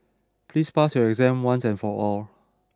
please pass your exam once and for all